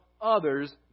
others